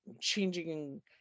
changing